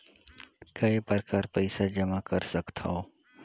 काय प्रकार पईसा जमा कर सकथव?